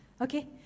Okay